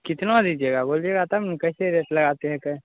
कितना दीजिएगा बोलिएगा तब न कैसे रेट लगाते हैं कै